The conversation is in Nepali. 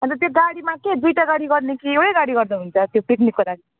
अन्त त्यो गाडीमा के दुइवटा गाडी गर्ने कि एउटै गाडी गर्दा हुन्छ त्यो पिकनिकको लागि